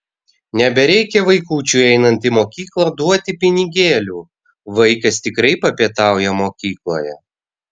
nebereikia vaikučiui einant į mokyklą duoti pinigėlių vaikas tikrai papietauja mokykloje